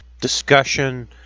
discussion